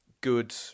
good